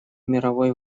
мировой